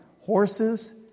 horses